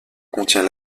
contient